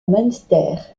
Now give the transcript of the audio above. münster